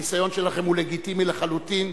הניסיון שלכם הוא לגיטימי לחלוטין,